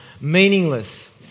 meaningless